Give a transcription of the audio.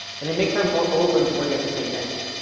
and it makes her more open to what you have to say next.